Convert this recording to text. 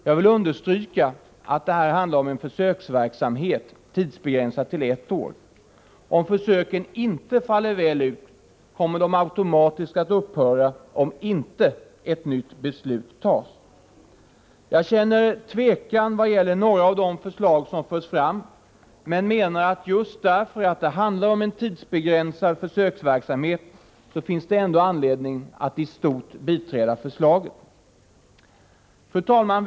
Jag vill understryka att det här handlar om en försöksverksamhet, tidsbegränsad till ett år. Om försöken inte faller väl ut, kommer de automatiskt att upphöra om inte ett nytt beslut fattas. Jag känner tvekan vad gäller några av de förslag som förs fram men menar att just därför att det handlar om en tidsbegränsad försöksverksamhet finns det ändå anledning att i stort sett biträda förslagen. Fru talman!